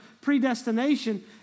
predestination